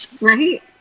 Right